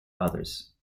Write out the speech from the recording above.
others